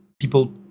people